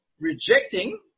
rejecting